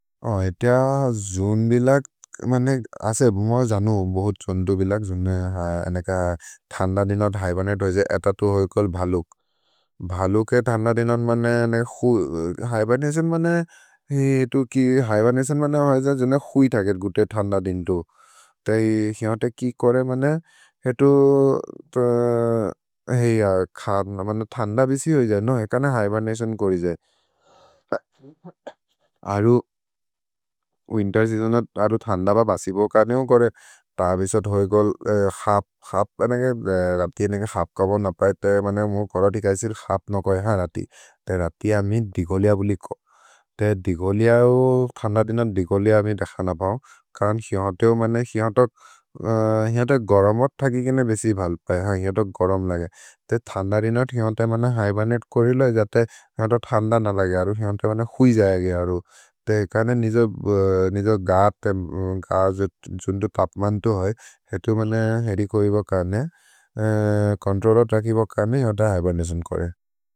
ऐत्य जुन् बिलग् मने असे म जनु बोहोत् छोन्तो बिलग् जुने अनेक थन्द दिनोद् हिबेर्नते होजे, अत तो होएकोल् भलोक्। भ्हलोक् ए थन्द दिनोद् मने अनेक हिबेर्नतिओन् मने हिएतु कि हिबेर्नतिओन् मने होज जुने हुइ थकेर् गुते थन्द दिन्तो। ते हिअन्ते कि कोरे मने हेतु हिय थन्द बिसि होजे, नो हेकने हिबेर्नतिओन् कोरिजे। अरु विन्तेर् जिजोन अरु थन्द ब बसिबु होकने हो कोरे, त अबिसोद् होएकोल् खप्, खप् अनेक, रप्ति एनेके खप् कबोन् न पए, ते मने मो गोर दिकैसिल् खप् न कोहे, ह रति। ते रति अमिन् दिगोलिअ बुलिको। ते दिगोलिअ हो, थन्द दिनोद् दिगोलिअ अमिन् देख न पओ। करन् हिअन्ते हो मने, हिअन्ते, हिअन्ते गरमोद् थ कि केने बेसि भल्पे, ह हिअन्ते गरम् लगे। ते थन्द दिनोद् हिअन्ते मने हिबेर्नते कोरिलो, जते हिअन्ते थन्द न लगे अरु, हिअन्ते मने हुइ जयेगे अरु। ते करने निजो, निजो ग, ग जुन्दु तप्मन्तो है, हेतु मने हेरि कोइबकर्ने, कोन्त्रोलत् रकिबकर्ने हिअन्ते हिबेर्नतिओन् कोरे।